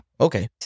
okay